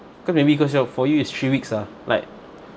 cause maybe cause your for you is three weeks ah like